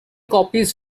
copies